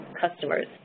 customers